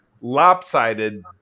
lopsided